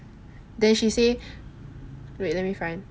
then she say wait let me find